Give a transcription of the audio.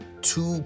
two